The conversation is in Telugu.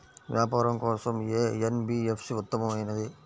వ్యాపారం కోసం ఏ ఎన్.బీ.ఎఫ్.సి ఉత్తమమైనది?